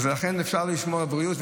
לכן אפשר לשמור על הבריאות,